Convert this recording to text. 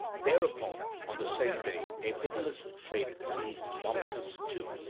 thereupon on the same day a pitiless fate seized mopsus too,